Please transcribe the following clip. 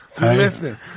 Listen